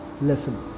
lesson